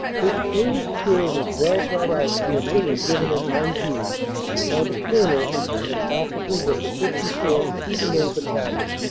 this earnest spirit is well brought out at a dinner given at anzin by the colonel and officers of the fifty fourth, kootenay, battalion,